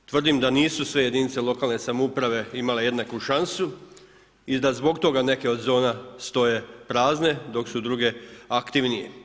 Tvrdim da nisu sve jedinice lokalne samouprave imale jednaku šansu i da zbog toga neke od zona stoje prazne dok su druge aktivnije.